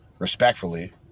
Respectfully